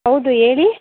ಹೌದು ಹೇಳಿ